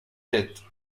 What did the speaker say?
tête